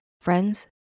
friends